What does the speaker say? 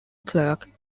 clerk